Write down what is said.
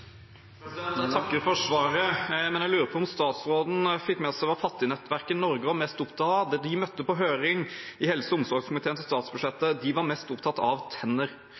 Jeg takker for svaret, men jeg lurer på om statsråden fikk med seg hva Fattignettverket Norge var mest opptatt av da de møtte til høring i helse- og omsorgskomiteen i forbindelse med arbeidet med statsbudsjettet. De var mest opptatt av tenner,